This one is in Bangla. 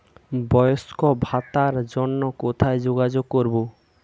বয়স্ক ভাতার জন্য কোথায় যোগাযোগ করব?